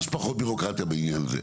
כמה שפחות בירוקרטיה בעניין הזה.